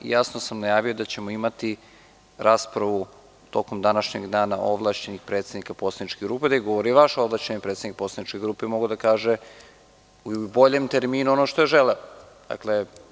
Jasno sam najavio da ćemo imati raspravu tokom današnjeg dana ovlašćenih predstavnika poslaničkih grupa, gde je govorio i vaš ovlašćeni predstavnik poslaničke grupe i mogao je da kaže u boljem terminu ono što je želeo.